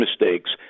mistakes